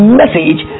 message